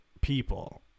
people